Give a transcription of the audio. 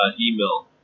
email